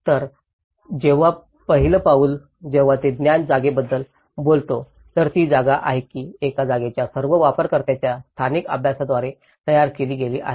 तर जेव्हा पहिलं पैलू जेव्हा तो ज्ञात जागेबद्दल बोलतो तर ती जागा आहे जी एका जागेच्या सर्व वापरकर्त्यांच्या स्थानिक अभ्यासाद्वारे तयार केली गेली आहे